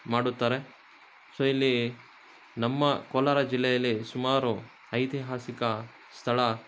ಮಾಡುತ್ತಾರೆ ಸೊ ಇಲ್ಲಿ ನಮ್ಮ ಕೋಲಾರ ಜಿಲ್ಲೆಯಲ್ಲಿ ಸುಮಾರು ಐತಿಹಾಸಿಕ ಸ್ಥಳ